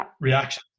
reaction